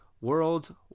World